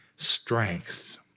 Strength